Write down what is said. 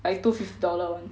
like two fifty dollar [one]